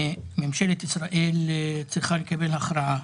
ממשלת ישראל צריכה לקבל הכרעה.